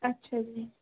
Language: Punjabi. ਅੱਛਾ ਜੀ